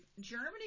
Germany